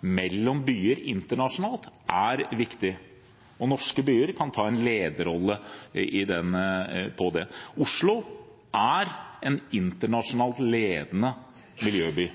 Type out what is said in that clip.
mellom byer internasjonalt, er viktig. Norske byer kan ta en lederrolle i det. Oslo er en internasjonalt ledende miljøby